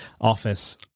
office